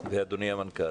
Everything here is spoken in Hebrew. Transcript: אדוני המנכ"ל.